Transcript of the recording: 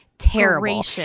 terrible